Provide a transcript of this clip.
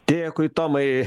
dėkui tomai